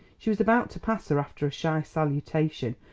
she was about to pass her after a shy salutation,